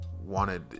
Wanted